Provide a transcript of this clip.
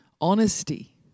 honesty